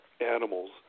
animals